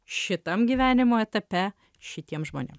šitam gyvenimo etape šitiem žmonėm